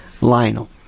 Lionel